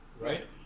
right